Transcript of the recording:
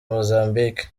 mozambique